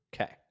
Okay